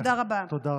תודה רבה.